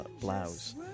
blouse